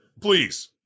Please